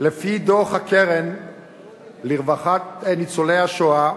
לפי דוח הקרן לרווחת ניצולי השואה,